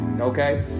Okay